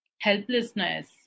helplessness